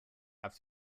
have